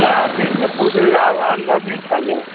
मैं आप ही से पूछ रहे आब अनुभवी था ने